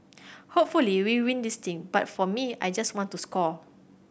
hopefully we win this thing but for me I just want to score